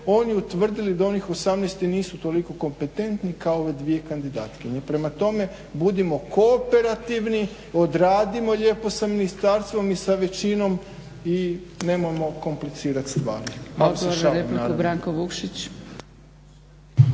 oni utvrdili da onih 18 i nisu toliko kompetentni kao ove dvije kandidatkinje. Prema tome, budimo kooperativni, odradimo lijepo sa ministarstvom i sa većinom i nemojmo komplicirati stvari.